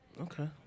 Okay